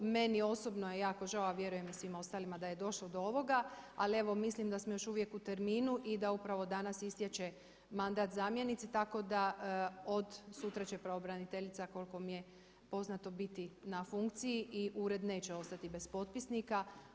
Meni osobno je jako žao a vjerujem i svima ostalima da je došlo do ovoga ali evo mislim da smo još uvijek u terminu i da upravo danas istječe mandat zamjenici tako da od sutra će pravobraniteljica, koliko mi je poznato, biti na funkciji i ured neće ostati bez potpisnika.